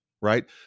right